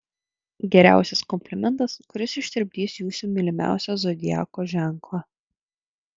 geriausias komplimentas kuris ištirpdys jūsų mylimiausią zodiako ženklą